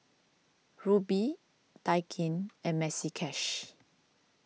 Rubi Daikin and Maxi Cash